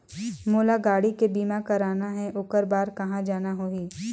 मोला गाड़ी के बीमा कराना हे ओकर बार कहा जाना होही?